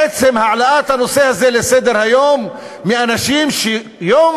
בעצם העלאת הנושא הזה לסדר-היום על-ידי אנשים שיום